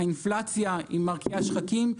האינפלציה היא מרקיעה שחקים.